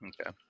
Okay